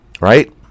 right